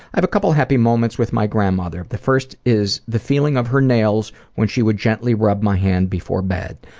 i have a couple happy moments with my grandmother. the first is the feeling of her nails when she would gently rub my hand before bed.